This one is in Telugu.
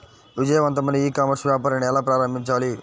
విజయవంతమైన ఈ కామర్స్ వ్యాపారాన్ని ఎలా ప్రారంభించాలి?